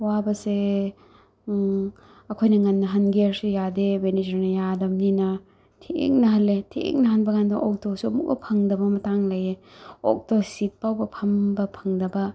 ꯋꯥꯕꯁꯦ ꯑꯩꯈꯣꯏꯅ ꯉꯟꯅ ꯍꯟꯒꯦ ꯍꯥꯏꯔꯁꯨ ꯌꯥꯗꯦ ꯃꯦꯅꯦꯖꯔꯅ ꯌꯥꯗꯕꯅꯤꯅ ꯊꯦꯡꯅ ꯍꯜꯂꯦ ꯊꯦꯡꯅ ꯍꯟꯕꯀꯥꯟꯗ ꯑꯣꯇꯣꯁꯨ ꯑꯃꯨꯛ ꯐꯪꯗꯕ ꯃꯇꯥꯡ ꯂꯩ ꯑꯣꯛꯇꯣ ꯁꯤꯠ ꯐꯥꯎꯕ ꯐꯝꯕ ꯐꯪꯗꯕ